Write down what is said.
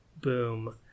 Boom